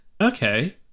Okay